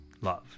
love